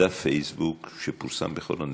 דף פייסבוק שפורסם בכל הנגב.